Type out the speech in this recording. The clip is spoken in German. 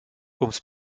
ums